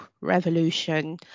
Revolution